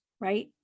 Right